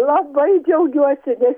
labai džiaugiuosi nes